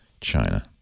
China